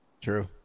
True